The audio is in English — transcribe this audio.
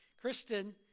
Kristen